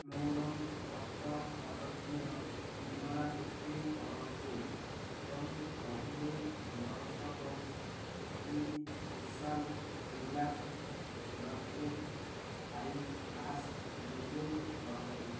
ମୋର ଗତ ଅର୍ଡ଼ର୍ଟିର ପୁନରାବୃତ୍ତି କରନ୍ତୁ ଏବଂ ତହିଁରେ ଦଶ ବାକ୍ସ ବି ବିଶାଲ ପୋଲ୍କା ଡଟେଡ଼୍ ଆଇ ମାସ୍କ ଯୋଗ କରନ୍ତୁ